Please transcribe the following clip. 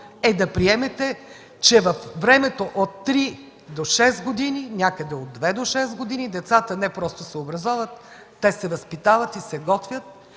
е да приемете, че във времето от 3 до 6 години, някъде от 2 до 6 години, децата не просто се образоват – те се възпитават и се готвят,